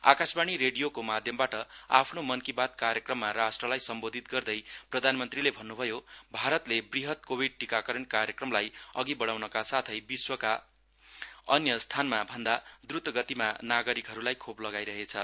आकाशवाणी रेडीयको माध्यमबाट आफ्नो मन की बात कार्यक्रममा राष्ट्रलाई सम्बोधित गर्दै प्रधानमन्त्री ले भन्नुभयो भारतले वृहत कोभिड टिकाकरण कार्यक्रमलाई अघि बढ़ाउनका साथै विश्वका अन्य स्थानमा भन्दा द्रत गतिमा नागरिकहरुलाई खोप लगाई रहेछ